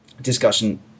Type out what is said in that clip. discussion